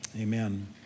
amen